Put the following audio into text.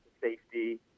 safety